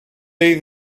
day